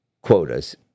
quotas